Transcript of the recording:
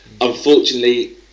unfortunately